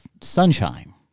sunshine